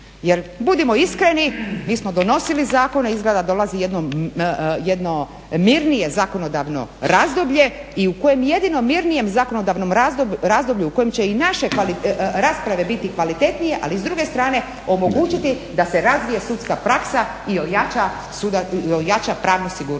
Jer budimo iskreni mi smo donosili zakone i izgleda da dolazi jedno mirnije zakonodavno razdoblje i u kojem jedino mirnijem zakonodavnom razdoblju u kojem će i naše rasprave biti kvalitetnije ali s druge strane omogućiti da se razvije sudska praksa i ojača pravna sigurnost